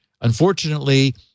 Unfortunately